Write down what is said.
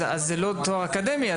אז זה לא תואר אקדמי,